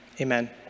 Amen